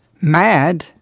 mad